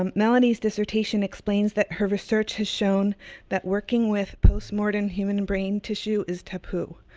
um melanie's dissertation explains that her research has shown that working with post-mortem human brain tissue is tapu,